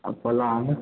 आ पलङ्ग